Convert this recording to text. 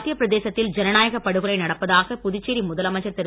மத்திய பிரதேசத்தில் ஜனநாயக படுகொலை நடப்பதாக புதுச்சேரி முதலமைச்சர் திரு